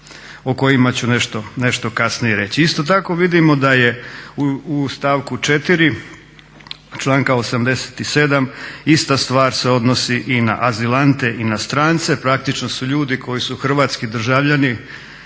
o kojima ću nešto kasnije reći. Isto tako vidimo da je u stavku 4. članka 87. ista stvar se odnosi i na azilante i na strance. Praktično su ljudi koji su hrvatski državljani